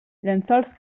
llençols